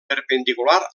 perpendicular